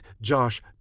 Josh